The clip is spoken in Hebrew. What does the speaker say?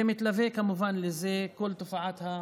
ומתלווה לזה כמובן כל תופעת הפרוטקשן,